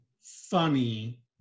funny